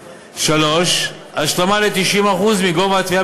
3. השלמה ל-90% מגובה התביעה,